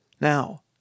Now